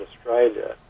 Australia